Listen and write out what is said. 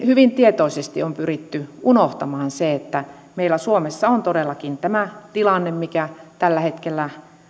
hyvin tietoisesti on pyritty unohtamaan se että meillä suomessa on todellakin tämä tilanne mikä tällä hetkellä